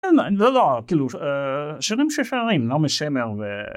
לא לא, כאילו שירים ששרים נעומי שמר ו...